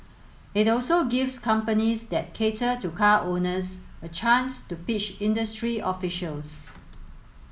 it also gives companies that cater to car owners a chance to pitch industry officials